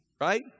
right